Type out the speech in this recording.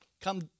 come